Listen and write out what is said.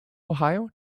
ohio